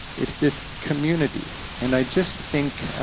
it's this community. and i just think,